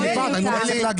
הדיון מיותר.